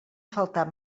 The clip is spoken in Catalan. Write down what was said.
faltar